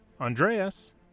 Andreas